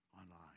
Online